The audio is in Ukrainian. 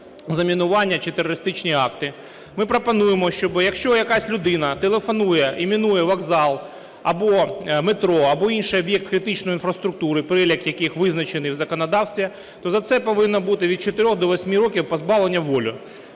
Ми пропонуємо, щоби якщо якась людина телефонує і мінує вокзал або метро, або інший об'єкт критичної інфраструктури, перелік яких визначений в законодавстві, то за це повинно бути від 4 до 8 років позбавлення волі.